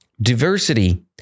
Diversity